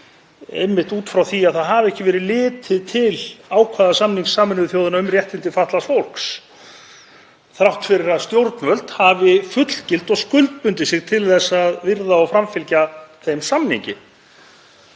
einmitt út frá því að það hafi ekki verið litið til ákvæða samnings Sameinuðu þjóðanna um réttindi fatlaðs fólks þrátt fyrir að stjórnvöld hafi fullgilt og skuldbundið sig til að virða og framfylgja þeim samningi.